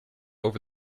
over